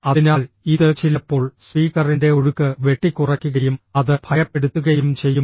അതിനാൽ ഇത് ചിലപ്പോൾ സ്പീക്കറിന്റെ ഒഴുക്ക് വെട്ടിക്കുറയ്ക്കുകയും അത് ഭയപ്പെടുത്തുകയും ചെയ്യും